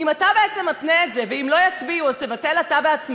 אם אתה בעצם מתנה את זה ואם לא יצביעו אז תבטל אתה בעצמך,